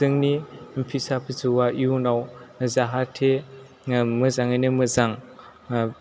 जोंनि फिसा फिसौआ इयुनआव जाहाथे मोजाङैनो मोजां